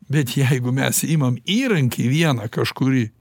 bet jeigu mes imam įrankį vieną kažkurį